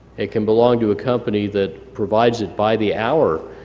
it can belong to a company that provides it by the hour,